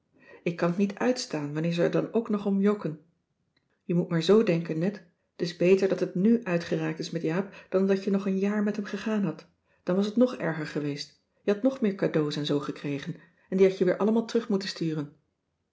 ik kan t niet uitstaan wanneer ze er dan ook nog om jokken je moet maar zoo denken net t is beter dat het nu uitgeraakt is met jaap dan dat je nog een jaar met hem gegaan hadt dan was t nog erger geweest je hadt nog meer cadeaux en zoo gekregen en die had cissy van marxveldt de h b s tijd van joop ter heul je weer allemaal terug moeten sturen